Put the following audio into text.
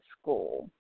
school